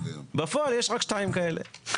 בפועל יש רק שתיים כאלה.